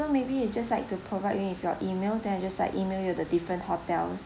so maybe you just like to provide me with your email then I just like email you the different hotels